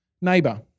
neighbor